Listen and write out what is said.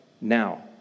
now